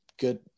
good